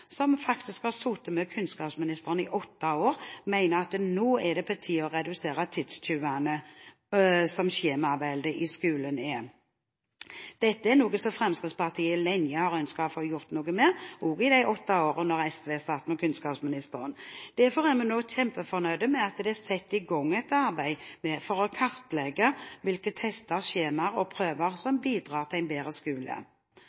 som faktisk har sittet med kunnskapsministeren i åtte år, mener at det nå er på tide å redusere tidstyvene som skjemaveldet i skolen er. Dette er noe som Fremskrittspartiet lenge har ønsket å få gjort noe med, også i de åtte årene SV satt med kunnskapsministeren. Derfor er vi nå kjempefornøyd med at det er satt i gang et arbeid for å kartlegge hvilke tester, skjemaer og prøver